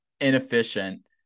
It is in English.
inefficient